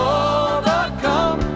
overcome